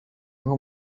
nko